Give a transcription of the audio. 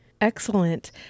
Excellent